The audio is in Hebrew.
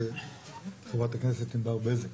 חברת הכנסת ענבר בזק,